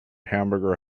hamburger